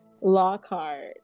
Lockhart